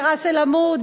בראס-אל-עמוד,